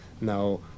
now